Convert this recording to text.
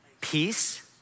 peace